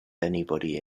anybody